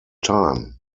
time